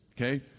Okay